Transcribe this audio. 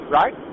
right